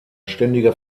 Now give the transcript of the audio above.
ständiger